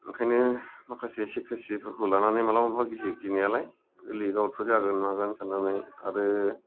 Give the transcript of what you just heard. ओंखायनो माखासे सिक्रेसि फोरखौ लानानै मालाबा मालाबा गियो गिनायालाय लिक आउत फोर जागोन मागोन साननानै आरो